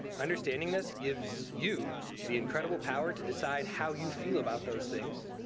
understanding this gives you the incredible power to decide how you feel about those things.